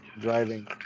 driving